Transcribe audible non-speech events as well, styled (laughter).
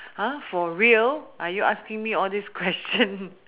for real are you asking me all these questions (laughs)